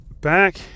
back